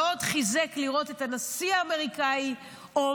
מאוד חיזק לראות את הנשיא האמריקני אומר